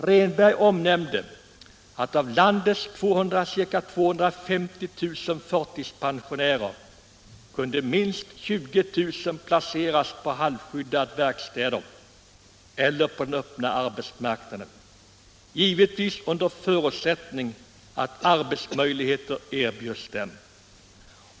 Rehnberg nämnde att av landets 250 000 förtidspensionärer kunde minst 20000 placeras på halvskyddade verkstäder eller på den öppna arbetsmarknaden, givetvis under förutsättning att arbetsmöjligheter erbjöds dem.